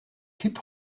hip